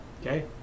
okay